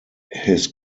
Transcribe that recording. his